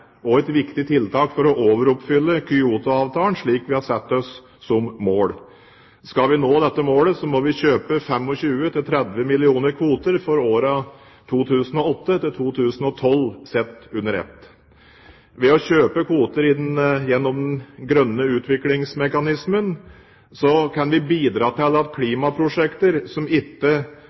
også et viktig tiltak for å overoppfylle Kyoto-avtalen, slik vi har satt oss som mål. Skal vi nå dette målet, må vi kjøpe 25–30 mill. kvoter for årene 2008–2012 sett under ett. Ved å kjøpe kvoter gjennom den grønne utviklingsmekanismen kan vi bidra til at klimaprosjekter som ikke